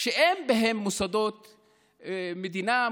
שאין בהן מוסדות מדינה,